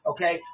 Okay